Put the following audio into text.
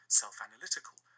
self-analytical